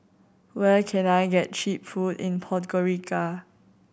where can I get cheap food in Podgorica